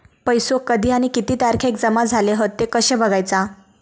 पैसो कधी आणि किती तारखेक जमा झाले हत ते कशे बगायचा?